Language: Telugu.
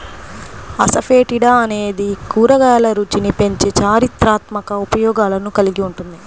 అసఫెటిడా అనేది కూరగాయల రుచిని పెంచే చారిత్రాత్మక ఉపయోగాలను కలిగి ఉంటుంది